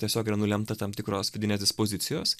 tiesiog yra nulemta tam tikros vidinės dispozicijos